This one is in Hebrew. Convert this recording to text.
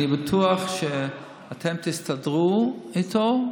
אני בטוח שאתם תסתדרו איתו,